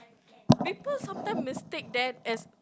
people sometime mistake that as